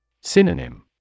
Synonym